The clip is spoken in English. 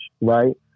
Right